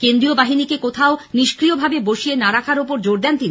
কেন্দ্রীয় বাহিনীকে কোথাও নিষ্ক্রিয়ভাবে বসিয়ে না রাখার ওপরে জোর দিয়েছেন তিনি